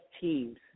teams